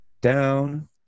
down